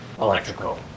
Electrical